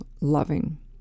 loving